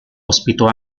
ospitò